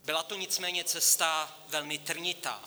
Byla to nicméně cesta velmi trnitá.